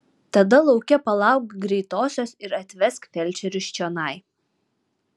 tada lauke palauk greitosios ir atvesk felčerius čionai